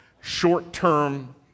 short-term